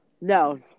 No